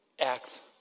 acts